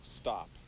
stop